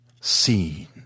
Seen